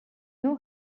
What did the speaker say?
know